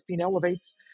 elevates